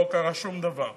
לא קרה שום דבר.